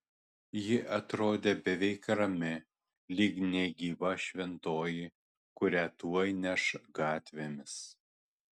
ji atrodė beveik rami lyg negyva šventoji kurią tuoj neš gatvėmis